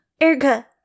Erica